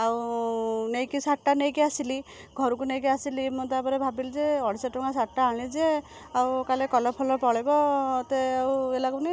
ଆଉ ନେଇକି ଶାଢ଼ୀଟା ନେଇକି ଆସିଲି ଘରକୁ ନେଇକି ଆସିଲି ମୁଁ ତା'ପରେ ଭାବିଲି ଯେ ଅଢ଼େଇଶହ ଟଙ୍କା ଶାଢ଼ୀଟା ଆଣିଲି ଯେ ଆଉ କାଲେ କଲର୍ଫଲର୍ ପଳେଇବ ଏତେ ଆଉ ଇଏ ଲାଗୁନି